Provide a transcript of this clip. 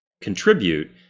contribute